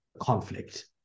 conflict